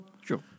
Sure